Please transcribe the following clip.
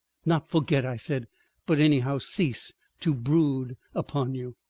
not forget, i said but anyhow cease to brood upon you.